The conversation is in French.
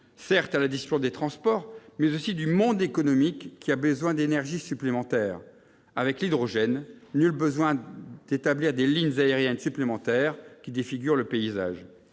seulement pour les transports, mais aussi pour le monde économique, qui a besoin d'énergie supplémentaire. Avec l'hydrogène, nul besoin de mettre en place des lignes aériennes supplémentaires qui défigurent le paysage.